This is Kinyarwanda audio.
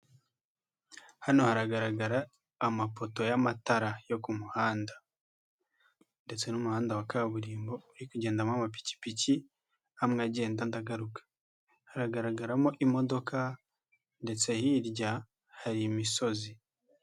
Hano haragaragara amapoto y'amatara yo kumuhanda ndetse n'umuhanda wa kaburimbo uri kugendamo amapikipiki amwe agenda andi agaruka. Haragaragaramo imodoka ndetse hirya hari imisozi.